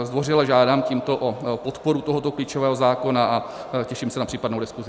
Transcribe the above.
Zdvořile tímto žádám o podporu tohoto klíčového zákona a těším se na případnou diskusi.